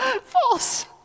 False